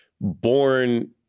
born